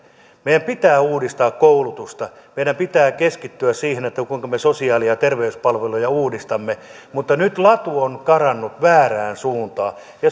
meidän pitää uudistaa koulutusta meidän pitää keskittyä siihen kuinka me sosiaali ja terveyspalveluja uudistamme mutta nyt latu on karannut väärään suuntaan ja